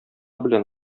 белән